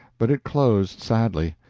but it closed sadly.